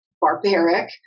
barbaric